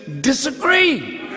disagree